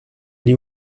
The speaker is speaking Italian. gli